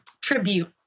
tribute